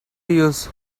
use